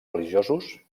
religiosos